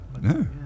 No